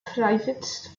private